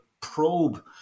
probe